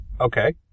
Okay